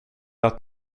att